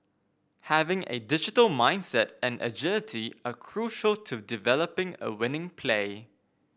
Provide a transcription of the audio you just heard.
having a digital mindset and agility are crucial to developing a winning play